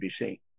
BBC